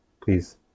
please